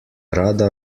rada